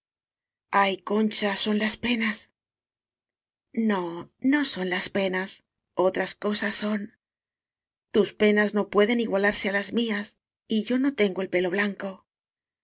ay concha son las penas no no son las penas otras cosas son tus penas no pueden igualarse á las mías y yo no tengo el pelo blanco